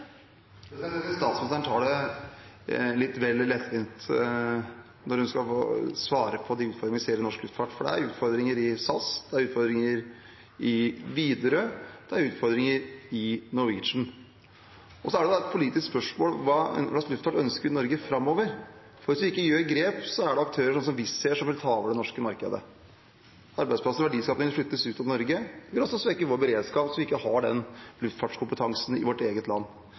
statsministeren tar det litt vel lettvint når hun skal svare på de utfordringene vi ser i norsk luftfart, for det er utfordringer i SAS, det er utfordringer i Widerøe, og det er utfordringer i Norwegian. Så er det et politisk spørsmål hva slags luftfart Norge ønsker framover. Hvis vi ikke tar grep, er det aktører som Wizz Air som vil ta over det norske markedet. Arbeidsplasser og verdiskaping flyttes ut av Norge. Det vil også svekke vår beredskap, så vi ikke har den luftfartskompetansen i vårt eget land.